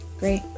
Great